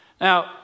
Now